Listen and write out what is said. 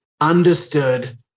understood